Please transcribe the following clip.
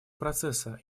процесса